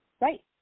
right